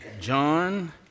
John